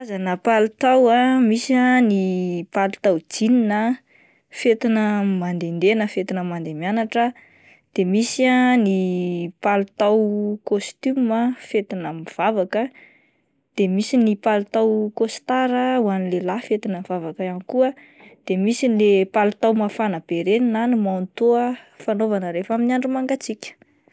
Karazana palitao ah misy ah ny palitao jeans ah fetina manddendeha na fetina mandeha mianatra, de misy palitao costume fetina mivavaka de misy ny palitao costard hoan'ny lehilahy fetina mivavaka ihany koa, de misy le palitao mafana be ireny na ny manteau fanaovana rehefa amin'ny andro mangatsiaka.